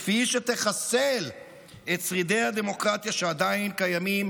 כפי שתחסל את שרידי הדמוקרטיה שעדיין קיימים,